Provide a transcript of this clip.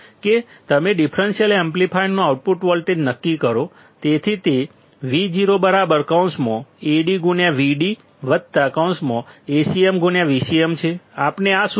કે તમે ડિફરન્સીયલ એમ્પ્લીફાયરનું આઉટપુટ વોલ્ટેજ નક્કી કરો તેથી તે VoAdVd AcmVcm છે આપણે આ સૂત્ર જાણીએ છીએ